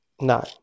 No